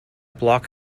bloc